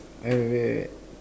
uh wait wait wait